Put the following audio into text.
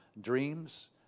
Dreams